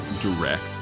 direct